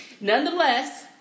nonetheless